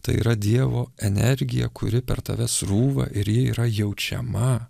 tai yra dievo energija kuri per tave srūva ir ji yra jaučiama